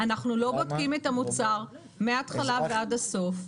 אנחנו לא בודקים את המוצר מהתחלה ועד הסוף.